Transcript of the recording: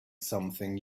something